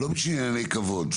לא בשביל ענייני כבוד.